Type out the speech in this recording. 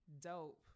dope